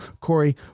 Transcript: Corey